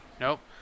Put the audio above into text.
Nope